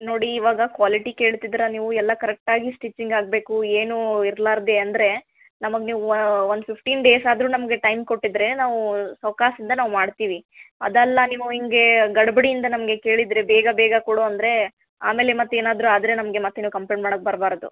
ನೋಡಿ ಇವಾಗ ಕ್ವಾಲಿಟಿ ಕೇಳ್ತಿದ್ದೀರ ನೀವು ಎಲ್ಲ ಕರೆಕ್ಟಾಗಿ ಸ್ಟಿಚಿಂಗ್ ಆಗಬೇಕು ಏನೂ ಇರಲಾರ್ದೆ ಅಂದರೆ ನಮಗೆ ನೀವು ವ ಒಂದು ಫಿಫ್ಟಿನ್ ಡೇಸ್ ಆದರೂ ನಮ್ಗೆ ಟೈಮ್ ಕೊಟ್ಟಿದ್ದರೆ ನಾವೂ ಸಾವ್ಕಾಶ್ ಇಂದ ನಾವು ಮಾಡ್ತೀವಿ ಅದಲ್ಲ ನೀವು ಹೀಗೆ ಗಡಿಬಿಡಿ ಇಂದ ನಮಗೆ ಕೇಳಿದರೆ ಬೇಗ ಬೇಗ ಕೊಡು ಅಂದರೆ ಆಮೇಲೆ ಮತ್ತೆ ಏನಾದರೂ ಆದರೆ ನಮಗೆ ಮತ್ತೇನೂ ಕಂಪ್ಲೇಟ್ ಮಾಡಕ್ಕೆ ಬರಬಾರ್ದು